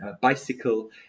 bicycle